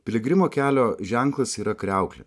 piligrimo kelio ženklas yra kriauklė